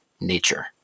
nature